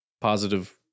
positive